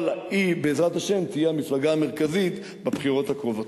אבל היא בעזרת השם תהיה המפלגה המרכזית בבחירות הקרובות.